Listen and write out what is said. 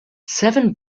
seven